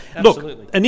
Look